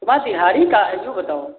तुम्हार दिहाड़ी का है यो बताओ